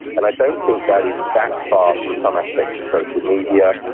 and i don't think that is that far from some aspects of social media,